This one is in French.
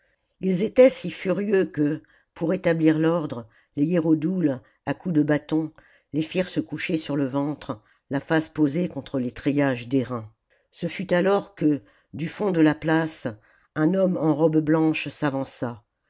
ils étaient si furieux que pour établir l'ordre les hiérodoules à coups de bâton les firent se coucher sur le ventre la face posée contre les treillages d'airain ce fut alors que du fond de la place un homme en robe blanche s'avança